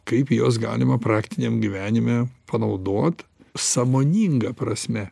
kaip juos galima praktiniam gyvenime panaudot sąmoninga prasme